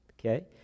Okay